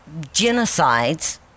genocides